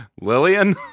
Lillian